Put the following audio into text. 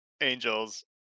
Angels